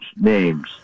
names